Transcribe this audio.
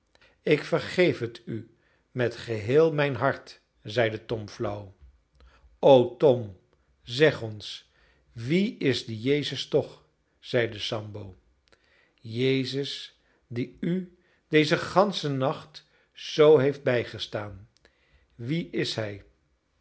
ik vergeef het u met geheel mijn hart zeide tom flauw o tom zeg ons wie is die jezus toch zeide sambo jezus die u dezen ganschen nacht zoo heeft bijgestaan wie is hij